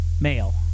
Male